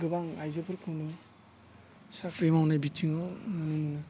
गोबां आइजोफोरखौनो साख्रि मावनाय बिथिङाव नुनो मोनो